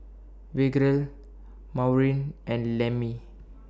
Virgle Maureen and Lemmie